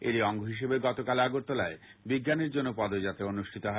এরই অঙ্গ হিসেবে গতকাল আগরতলায় বিজ্ঞানের জন্য পদযাত্রা অনুষ্ঠিত হয়